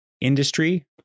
industry